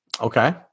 Okay